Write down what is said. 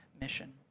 mission